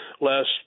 last